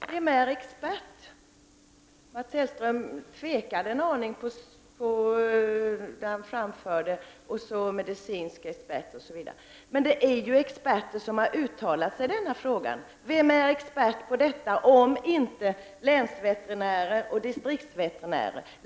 Herr talman! Vem är expert? Mats Hellström tvekade en aning när han talade om medicinska experter. Vilka är experter i denna fråga om inte länsveterinärer och distriktsveterinärer?